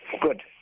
Good